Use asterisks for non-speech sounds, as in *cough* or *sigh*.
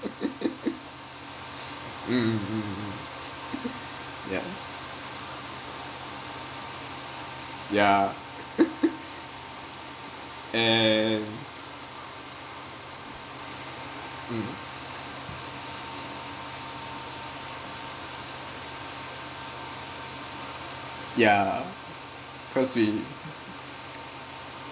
*laughs* um mm mm *laughs* ya ya *laughs* and um yeah cause we